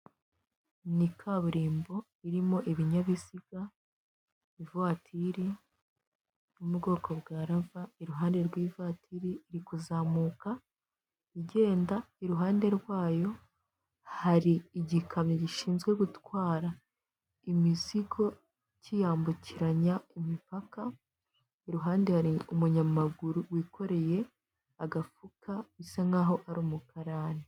Ni kaburimbo irimo ibinyabiziga ivatiri yo mu bwoko bwa lava, iruhande rw'ivatiri iri kuzamuka igenda iruhande rwayo hari igikamyo gishinzwe gutwara imizigo kiyambukiranya imipaka, iruhande hari umunyamaguru wikoreye agafuka bisa nkaho ari umukarani.